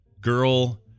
girl